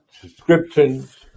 subscriptions